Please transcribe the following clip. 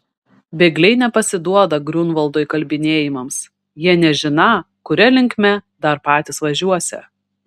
bėgliai nepasiduoda griunvaldo įkalbinėjimams jie nežiną kuria linkme dar patys važiuosią